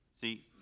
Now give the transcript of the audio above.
See